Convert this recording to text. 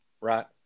right